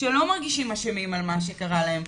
שהם לא מרגישים אשמים על מה שקרה להם,